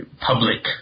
public